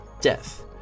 Death